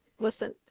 Listen